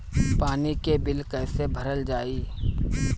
पानी के बिल कैसे भरल जाइ?